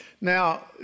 Now